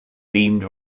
beamed